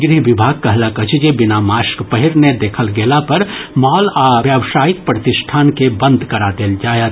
गृह विभाग कहलक अछि जे बिना मास्क पहिरने देखल गेला पर मॉल आ व्यावसायिक प्रतिष्ठान के बंद करा देल जायत